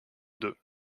deux